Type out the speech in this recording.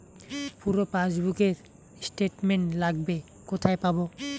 পুরো পাসবুকের স্টেটমেন্ট লাগবে কোথায় পাব?